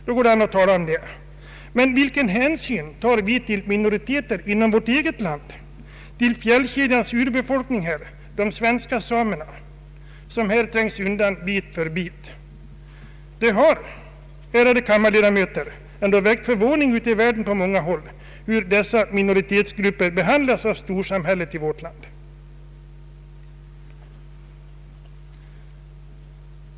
Men vilken hänsyn tar vi till minoriteter inom vårt eget land, till fjällkedjans urbefolkning — de svenska samerna — som här trängs undan bit för bit? Det har, ärade kammarledamöter, väckt förvåning ute i världen på många håll hur dessa minoritetsgrupper behandlas av storsamhället i vårt land.